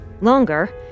Longer